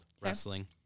wrestling